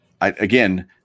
again